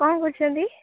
କ'ଣ କରୁଛନ୍ତି